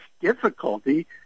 difficulty